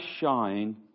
shine